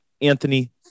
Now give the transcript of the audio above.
Anthony